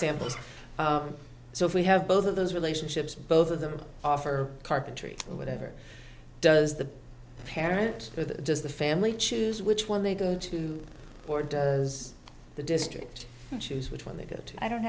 samples so if we have both of those relationships both of them offer carpentry or whatever does the parent does the family choose which one they go to or does the district choose which one they get i don't